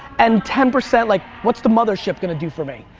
and ten percent like, what's the mothership gonna do for me?